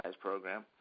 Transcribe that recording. program